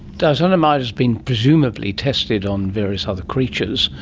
diazonamide has been presumably tested on various other creatures.